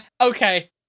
okay